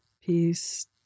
peace